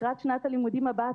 לקראת שנת הלימודים הבאה,